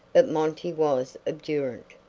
but monty was obdurate.